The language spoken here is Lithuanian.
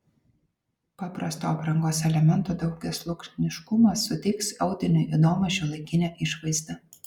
paprasto aprangos elemento daugiasluoksniškumas suteiks audiniui įdomią šiuolaikinę išvaizdą